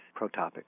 protopic